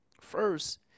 First